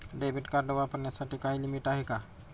Debit card वापरण्यासाठी काही limit आहे का?